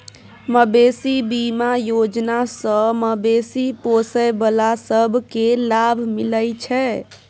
मबेशी बीमा योजना सँ मबेशी पोसय बला सब केँ लाभ मिलइ छै